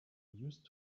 used